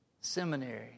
seminary